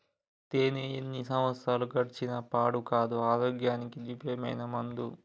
తేనే ఎన్ని సంవత్సరాలు గడిచిన పాడు కాదు, ఆరోగ్యానికి దివ్యమైన మందు